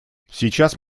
сейчас